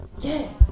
Yes